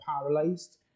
paralyzed